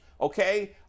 Okay